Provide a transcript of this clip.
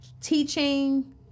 teaching